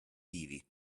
vivi